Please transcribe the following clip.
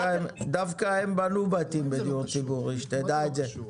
דווקא הם בנו בתים בדיור ציבורי שתדע את זה.